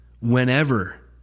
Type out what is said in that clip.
whenever